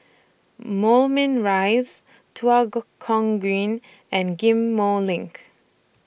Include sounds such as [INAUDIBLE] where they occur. Moulmein Rise Tua [UNINTELLIGIBLE] Kong Green and Ghim Moh LINK